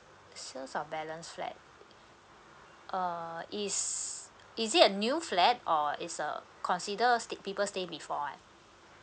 sales of balance flat uh is is it a new flat or is uh consider stay people stay before